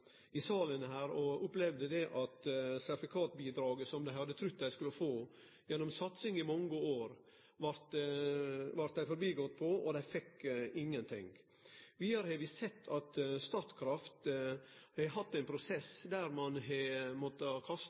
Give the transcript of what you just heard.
i salen her og opplevde at dei blei forbigått på sertifikatbidraget, som dei hadde trudd dei skulle få etter satsing i mange år. Dei fekk ingen ting. Vidare har vi sett at Statkraft har hatt ein prosess der ein har måtta